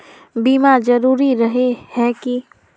बीमा जरूरी रहे है की?